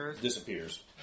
disappears